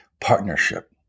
partnership